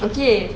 okay